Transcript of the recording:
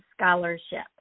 scholarship